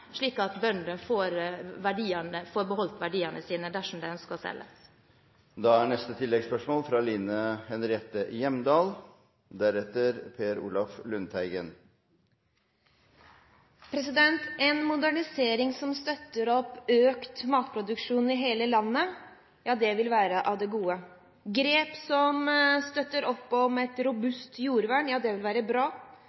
slik at bøndene får beholde verdiene sine, dersom de ønsker å selge. Line Henriette Hjemdal – til oppfølgingsspørsmål. En modernisering som støtter opp om økt matproduksjon i hele landet, vil være av det gode. Grep som støtter opp om et